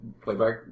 playback